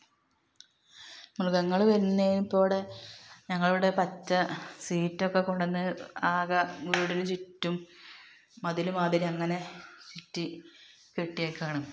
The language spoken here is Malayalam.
മൃഗങ്ങൾ വരുന്നതിനിപ്പിവടെ ഞങ്ങളിവിടെ പറ്റുക സീറ്റക്കെ കൊണ്ടു വന്ന് ആകെ വീടിന് ചുറ്റും മതിൽ മാതിരി അങ്ങനെ ചുറ്റി കെട്ടിയേക്കാണ്